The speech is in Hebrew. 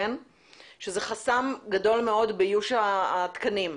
שזה חסם גדול מאוד באיוש התקנים.